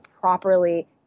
properly